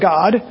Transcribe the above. God